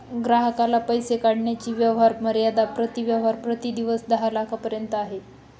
ग्राहकाला पैसे काढण्याची व्यवहार मर्यादा प्रति व्यवहार प्रति दिवस दहा लाखांपर्यंत आहे